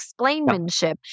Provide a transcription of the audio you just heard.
explainmanship